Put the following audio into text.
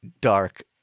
Dark